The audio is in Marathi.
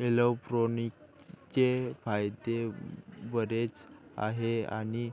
एरोपोनिक्सचे फायदे बरेच आहेत आणि